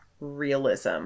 realism